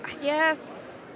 yes